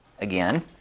again